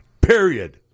Period